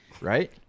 right